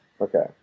Okay